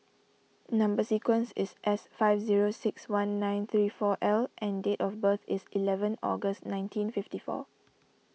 Number Sequence is S five zero six one nine three four L and date of birth is eleven August nineteen fifty four